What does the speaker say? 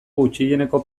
gutxieneko